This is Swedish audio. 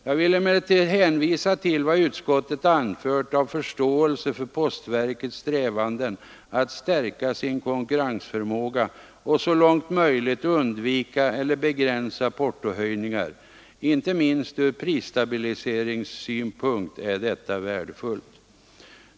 Jag vill emellertid hänvisa till vad utskottet anfört av förståelse Nr 97 för postverkets strävanden att stärka sin konkurrensförmåga och så långt Fredagen den möjligt undvika eller begränsa portohöjningar. Inte minst från prisstabili 31 maj 1974 seringssynpunkt är detta värdefullt.